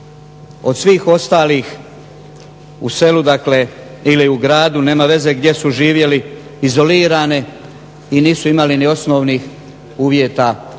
od svih ostalih u selu ili u gradu nema veze gdje su živjeli izolirane i nisu imale osnovnih uvjeta